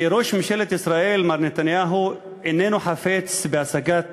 שראש ממשלת ישראל מר נתניהו איננו חפץ בהשגת